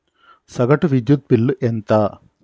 సగటు విద్యుత్ బిల్లు ఎంత?